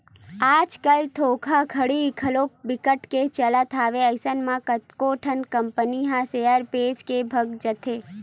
आज कल धोखाघड़ी घलो बिकट के चलत हवय अइसन म कतको ठन कंपनी ह सेयर बेच के भगा जाथे